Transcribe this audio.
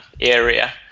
area